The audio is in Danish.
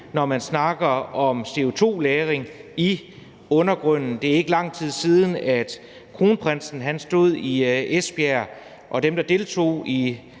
når man snakker om CO2-lagring i undergrunden. Det er ikke lang tid siden, at kronprinsen stod ved en nærmest ceremoni